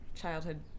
childhood